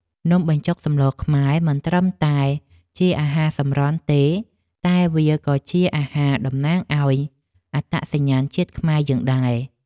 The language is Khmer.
នំបញ្ចុកសម្លខ្មែរមិនត្រឹមតែជាអាហារសម្រន់ទេតែវាក៏ជាអាហារតំណាងឱ្យអត្តសញ្ញាណជាតិខ្មែរយើងដែរ។